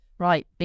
right